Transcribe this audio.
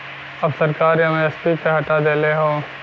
अब सरकार एम.एस.पी के हटा देले हौ